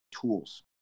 tools